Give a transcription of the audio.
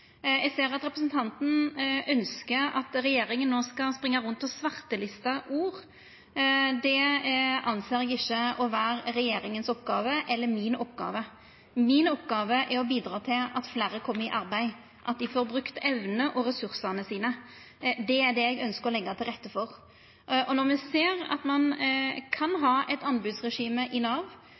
Eg ser at representanten ønskjer at regjeringa no skal springa rundt og svartelista ord. Det ser eg ikkje som å vera regjeringas eller mi oppgåve. Oppgåva mi er å bidra til at fleire kjem i arbeid, at dei får brukt evnene og ressursane sine. Det er det eg ønskjer å leggja til rette for. Og når me ser at ein kan ha eit anbodsregime i Nav